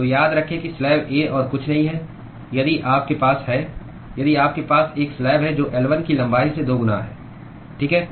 तो याद रखें कि स्लैब A और कुछ नहीं है यदि आपके पास है यदि आपके पास एक स्लैब है जो L1 की लंबाई से दोगुना है ठीक है